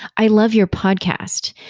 i love your podcast.